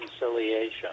reconciliation